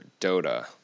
Dota